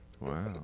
Wow